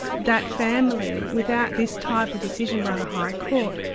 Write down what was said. that family, without this type of decision by the high court,